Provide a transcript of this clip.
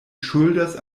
ŝuldas